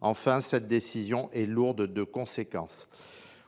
Enfin, cette décision est lourde de conséquences.